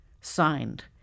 Signed